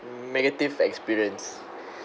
negative experience